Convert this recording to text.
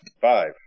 Five